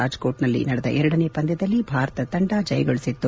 ರಾಜ್ಕೋಟ್ನಲ್ಲಿ ನಡೆದ ಎರಡನೇ ಪಂದ್ಯದಲ್ಲಿ ಭಾರತ ತಂಡ ಜಯಗಳಿಸಿತ್ತು